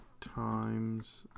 times